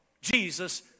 Jesus